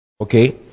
Okay